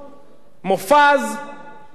הגברת לבני, איך שכחנו אותה.